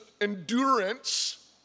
endurance